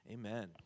Amen